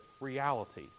reality